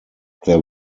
there